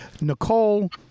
Nicole